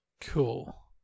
Cool